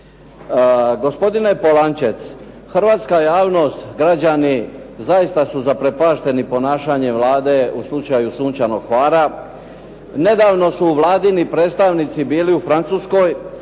Gospodine Polančec, hrvatska javnost, građani zaista su zaprepašteni ponašanjem Vlade u slučaju "Sunčanog Hvara". Nedavno su Vladini predstavnici bili u Francuskoj.